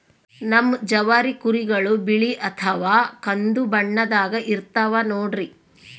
ನಮ್ ಜವಾರಿ ಕುರಿಗಳು ಬಿಳಿ ಅಥವಾ ಕಂದು ಬಣ್ಣದಾಗ ಇರ್ತವ ನೋಡ್ರಿ